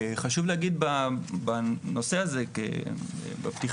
חשוב להגיד בנושא הזה, בפתיחה,